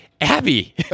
Abby